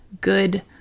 good